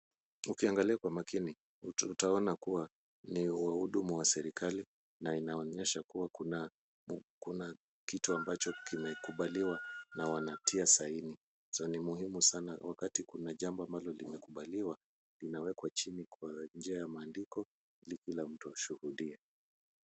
Ukiangalia kwa makini utaona kuwa ni wahudumu wa serikali na inaonyesha kuwa kuna kitu ambacho kimekubaliwa na wanatia saini , so ni muhimu sana wakati kuna jambo ambalo limekubaliwa linawekwa chini kwa njia ya maandiko ili kila mtu ashuhudie.